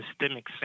systemic